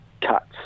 cuts